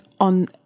on